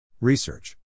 Research